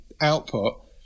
output